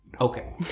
Okay